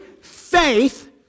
faith